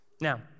Now